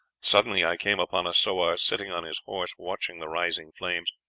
suddenly i came upon a sowar sitting on his horse watching the rising flames.